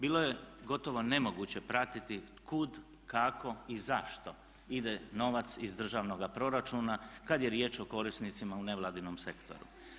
Bilo je gotovo nemoguće pratiti kud, kako i zašto ide novac iz državnoga proračuna kad je riječ o korisnicima u nevladinom sektoru.